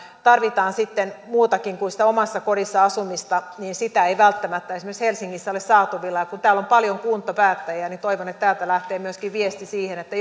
tarvitaan sitten muutakin kuin sitä omassa kodissa asumista niin sitä ei välttämättä esimerkiksi helsingissä ole saatavilla kun täällä on paljon kuntapäättäjiä niin toivon että täältä lähtee myöskin viesti siitä että